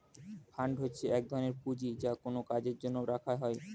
fund হচ্ছে এক ধরনের পুঁজি যা কোনো কাজের জন্য রাখা হয়